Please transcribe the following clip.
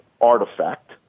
artifact